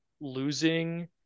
losing